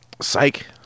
Psych